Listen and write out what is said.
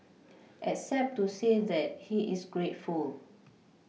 except to say that he is grateful